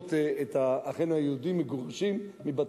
לראות את אחינו היהודים מגורשים מבתיהם.